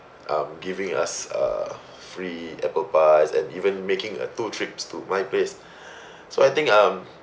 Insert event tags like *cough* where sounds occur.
um giving us a free apple pies and even making a two trips to my place *breath* so I think um